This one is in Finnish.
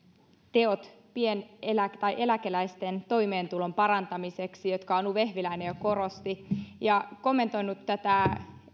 teot eläkeläisten toimeentulon parantamiseksi joita anu vehviläinen jo korosti ja kommentoinut